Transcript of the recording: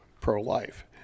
pro-life